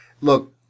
Look